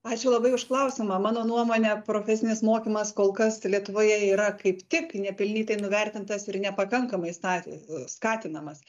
ačiū labai už klausimą mano nuomone profesinis mokymas kol kas lietuvoje yra kaip nepelnytai nuvertintas ir nepakankamai ska skatinamas